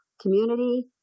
community